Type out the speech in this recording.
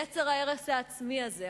יצר ההרס העצמי הזה,